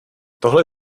tohle